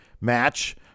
match